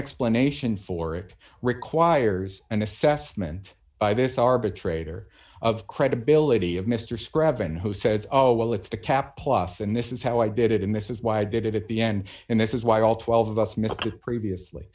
explanation for it requires an assessment by this arbitrator of credibility of mr scrafton who said oh well it's the cap plus and this is how i did it and this is why i did it at the end and this is why all twelve of us